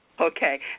Okay